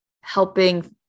helping